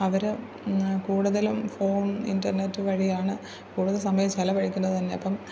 അവർ കൂടുതലും phone internet വഴിയാണ് കൂടുതൽ സമയം ചിലവഴിക്കുന്നത് തന്നെ അപ്പം